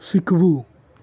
શીખવું